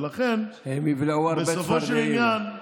ולכן, בסופו של עניין, הם יבלעו הרבה צפרדעים.